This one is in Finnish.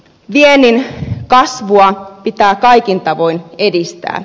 viennin kasvua pitää kaikin tavoin edistää